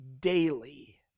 daily